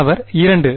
மாணவர் 2